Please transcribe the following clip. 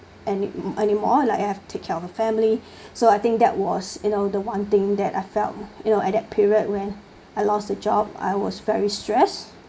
an~ anymore like I have to take care of a family so I think that was you know the one thing that I felt you know at that period when I lost a job I was very stressed